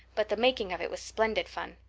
but the making of it was splendid fun.